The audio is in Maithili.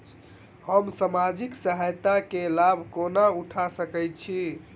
हम सामाजिक सहायता केँ लाभ कोना उठा सकै छी?